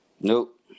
Nope